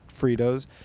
Fritos